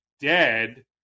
dead